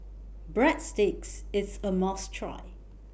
Breadsticks IS A must Try